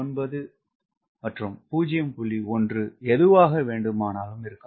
1 எதுவாக வேண்டுமானாலும் இருக்கும்